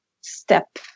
step